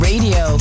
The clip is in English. Radio